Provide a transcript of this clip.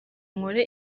nkore